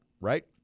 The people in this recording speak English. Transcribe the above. right